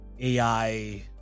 AI